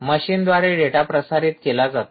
मशीनद्वारे डेटा प्रसारित केला जातो